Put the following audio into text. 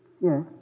Yes